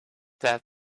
that